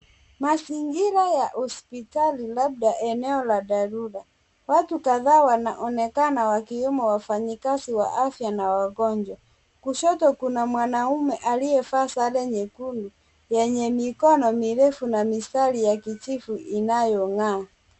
Mazingira ya hospitali labda eneo la dharura, watu kadhaa wanaonekana wakiwemo wafanyikazi wa afya na wagonjwa. Kushoto kuna mwanaume aliyevaa sare nyekundu yenye mikono mirefu na mistari ya kijivu inayo ng'aa.